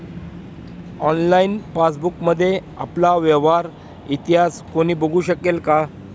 Online पासबुकमध्ये आपला व्यवहार इतिहास कोणी बघु शकेल का?